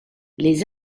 les